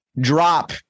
Drop